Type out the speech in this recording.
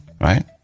Right